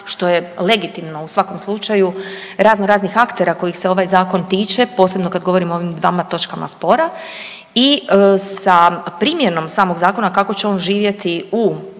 što je legitimno u svakom slučaju raznoraznih aktera kojih se ovaj Zakon tiče posebno kada govorimo o ovim dvama točkama spora i sa primjenom samog zakona kako će on živjeti u stvarnosti